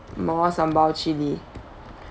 more sambal chili